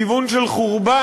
כיוון של חורבן,